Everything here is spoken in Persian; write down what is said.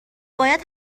باید